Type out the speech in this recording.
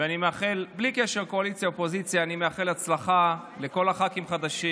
ובלי קשר לקואליציה אופוזיציה אני מאחל הצלחה לכל הח"כים החדשים.